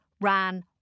ran